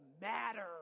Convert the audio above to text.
matter